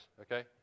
okay